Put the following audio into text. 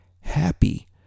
happy